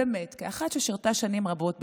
באמת, כאחת ששירתה שנים רבות בצה"ל,